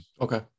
okay